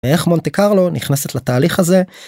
איך מונטה קרלו נכנסת לתהליך הזה.